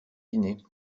dîner